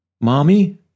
Mommy